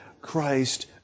Christ